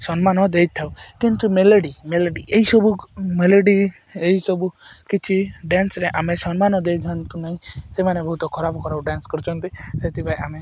ସମ୍ମାନ ଦେଇଥାଉ କିନ୍ତୁ ମେଲୋଡ଼ି ମେଲୋଡ଼ି ଏହିସବୁ ମେଲୋଡ଼ି ଏହିସବୁ କିଛି ଡ୍ୟାନ୍ସରେ ଆମେ ସମ୍ମାନ ଦେଇଥାନ୍ତୁ ନାହିଁ ସେମାନେ ବହୁତ ଖରାପ ଖରାପ ଡ୍ୟାନ୍ସ କରୁଛନ୍ତି ସେଥିପାଇଁ ଆମେ